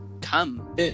come